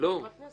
אני חברת כנסת.